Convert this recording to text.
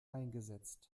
eingesetzt